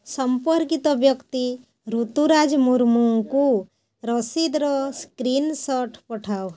ସମ୍ପର୍କିତ ବ୍ୟକ୍ତି ରୁତୁରାଜ ମୁର୍ମୁଙ୍କୁ ରସିଦର ସ୍କ୍ରିନଶଟ୍ ପଠାଅ